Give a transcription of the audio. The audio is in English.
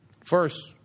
First